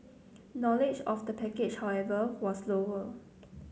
knowledge of the package however was lower